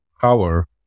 power